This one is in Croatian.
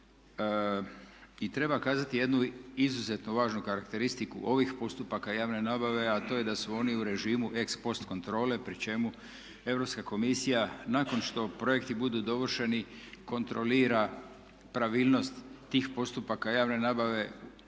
Treba kazati jednu izuzetno važnu karakteristiku ovih postupaka javne nabave, a to je da su oni u režimu ex post kontrole pri čemu Europska komisija nakon što projekti budu dovršeni kontrolira pravilnost tih postupaka javne nabave ne